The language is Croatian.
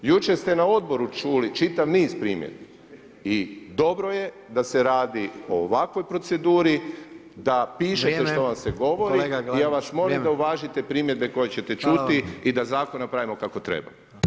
Jučer ste na odboru čuli čitav niz primjera i dobro da se radi o ovakvoj proceduru, da pište što vam se govori i ja vas molim da uvažate primjedbe koje ćete čuti i da zakon napravimo kako treba.